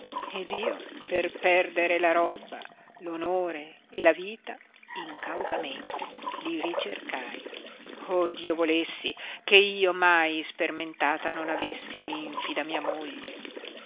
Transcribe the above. ed io per perdere la robba l'onore e la vita incautamente li ricercai oh dio volessi che io mai ispermentata non avessi l infida mia moglie